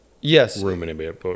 yes